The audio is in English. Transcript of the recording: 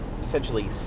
essentially